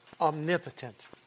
omnipotent